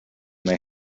they